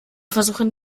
versuchen